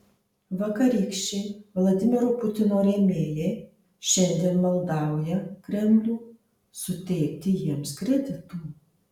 vakarykščiai vladimiro putino rėmėjai šiandien maldauja kremlių suteikti jiems kreditų